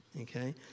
Okay